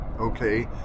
Okay